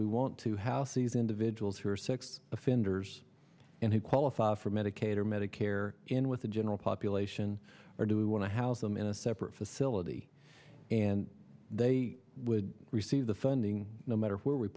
we want to house these individuals who are sex offenders and who qualify for medicaid or medicare in with the general population or do we want to house them in a separate facility and they would receive the funding no matter where we